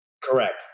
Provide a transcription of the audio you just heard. Correct